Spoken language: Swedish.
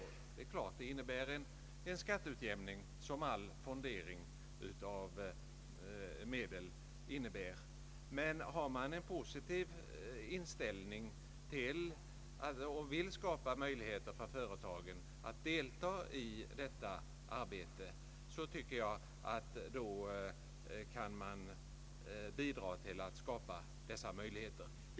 Det är klart att detta innebär en skatteutjämning, liksom all fondering av medel. Men om man har en positiv inställning till företagens utbildningsverksamhet, tycker jag att man kan bidra till att dessa möjligheter skapas.